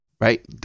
right